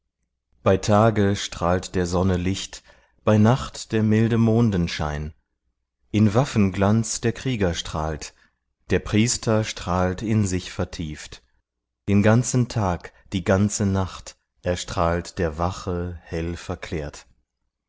bei tage strahlt der sonne licht bei nacht der milde mondenschein in waffenglanz der krieger strahlt der priester strahlt in sich vertieft den ganzen tag die ganze nacht erstrahlt der wache hell verklärt